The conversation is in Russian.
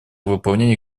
выполнение